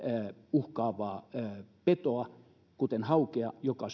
uhkaavaa petoa kuten haukea joka